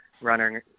running